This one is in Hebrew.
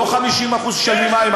לא ש-50% ישלמו על מים.